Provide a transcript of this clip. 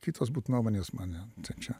kitos būt nuomonės mane čia